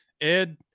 Ed